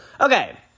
Okay